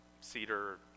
cedar